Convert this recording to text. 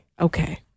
Okay